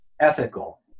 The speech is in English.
ethical